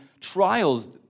trials